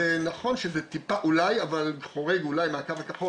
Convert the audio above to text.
נכון שזה טיפה חורג אולי מהקו הכחול